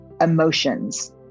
emotions